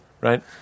right